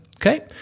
Okay